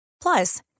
Plus